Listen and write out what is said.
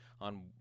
on